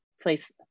place